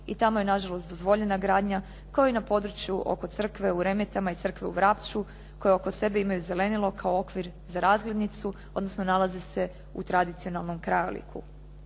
i tamo je nažalost dozvoljena gradnja, kao i na području oko crkve u Remetama i crkve u Vrapču koje oko sebe imaju zelenilo kao okvir za razglednicu, odnosno nalaze se u tradicionalnom krajoliku.